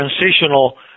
transitional